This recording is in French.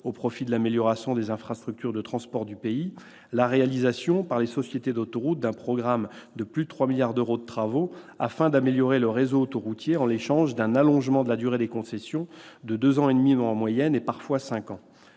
au profit de l'amélioration des infrastructures de transport du pays et la réalisation par les sociétés d'autoroutes d'un programme de plus de 3 milliards d'euros de travaux afin d'améliorer le réseau autoroutier en échange d'un allongement de la durée des concessions de deux ans et demi en moyenne, parfois de